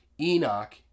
Enoch